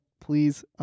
please